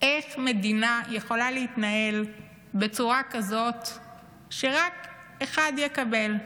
איך מדינה יכולה להתנהל בצורה כזאת שרק אחד יקבל,